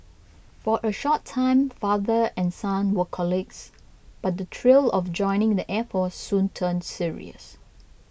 for a short time father and son were colleagues but the thrill of joining the air force soon turned serious